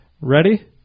ready